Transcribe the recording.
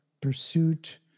pursuit